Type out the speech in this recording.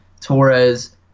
Torres